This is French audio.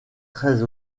très